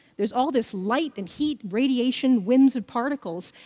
there's all this light and heat radiation, winds, and particles,